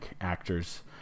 actors